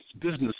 Business